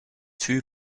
too